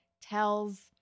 tells